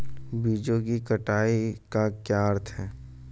बीजों की कटाई का क्या अर्थ है?